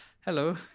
Hello